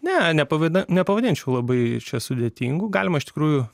ne nepavydu nepavadinčiau labai čia sudėtingų galima iš tikrųjų